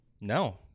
No